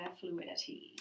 fluidity